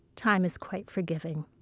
time is quite forgiving.